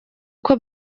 uko